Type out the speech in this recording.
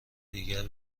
دیگر